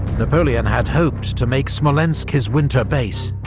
napoleon had hoped to make smolensk his winter base,